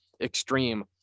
extreme